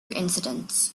incidents